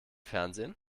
fernsehen